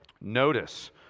Notice